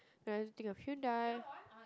when I think of Hyundai